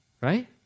Right